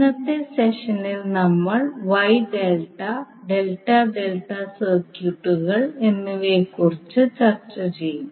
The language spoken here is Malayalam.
ഇന്നത്തെ സെഷനിൽ നമ്മൾ Y ∆∆∆ സർക്യൂട്ടുകൾ എന്നിവയെക്കുറിച്ച് ചർച്ച ചെയ്യും